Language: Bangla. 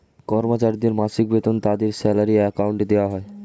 কর্মচারীদের মাসিক বেতন তাদের স্যালারি অ্যাকাউন্টে দেওয়া হয়